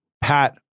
Pat